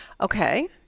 Okay